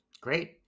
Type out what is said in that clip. Great